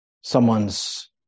someone's